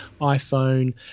iPhone